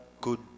good